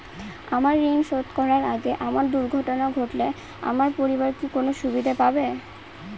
আমার ঋণ শোধ করার আগে আমার দুর্ঘটনা ঘটলে আমার পরিবার কি কোনো সুবিধে পাবে?